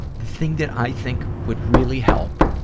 the thing that i think would really help